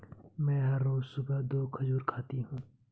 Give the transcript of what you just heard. मैं हर रोज सुबह दो खजूर खाती हूँ